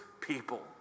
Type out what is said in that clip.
people